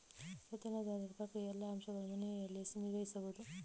ವೇತನದಾರರ ಪ್ರಕ್ರಿಯೆಯ ಎಲ್ಲಾ ಅಂಶಗಳನ್ನು ಮನೆಯಲ್ಲಿಯೇ ನಿರ್ವಹಿಸಬಹುದು